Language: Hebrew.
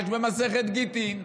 יש במסכת גיטין.